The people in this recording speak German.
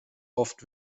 oft